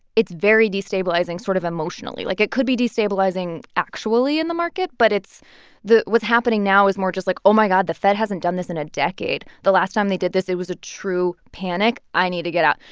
it's very destabilizing sort of emotionally. like, it could be destabilizing actually in the market, but it's what's happening now is more just, like, oh, my god. the fed hasn't done this in a decade. the last time they did this, it was a true panic. i need to get out.